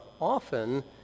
often